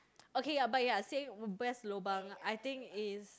okay ya but ya saying best lobang I think is